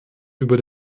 über